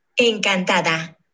Encantada